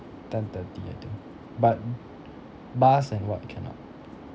ten-thirty I think but b~ bars and what cannot